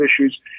issues